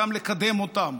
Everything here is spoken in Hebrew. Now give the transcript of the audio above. גם לקדם אותם.